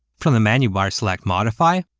from the menu bar select modify,